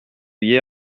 hier